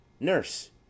Nurse